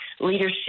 leadership